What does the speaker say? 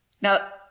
Now